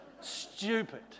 Stupid